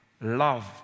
love